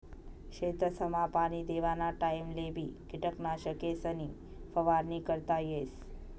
शेतसमा पाणी देवाना टाइमलेबी किटकनाशकेसनी फवारणी करता येस